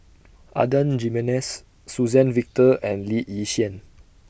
Adan Jimenez Suzann Victor and Lee Yi Shyan